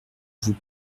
vous